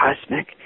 cosmic